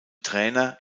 trainer